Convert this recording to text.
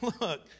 look